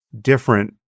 different